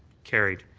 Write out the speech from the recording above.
carried.